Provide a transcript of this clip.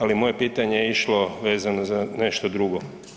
Ali moje pitanje je išlo vezano za nešto drugo.